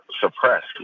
suppressed